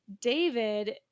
David